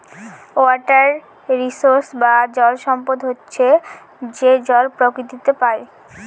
water resource বা জল সম্পদ হচ্ছে যে জল প্রকৃতিতে পাই